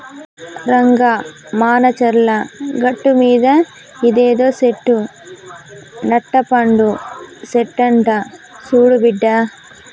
రంగా మానచర్ల గట్టుమీద ఇదేదో సెట్టు నట్టపండు సెట్టంట సూడు బిడ్డా